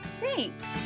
Thanks